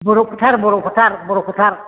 बर' फोथार बर' फोथार बर' फोथार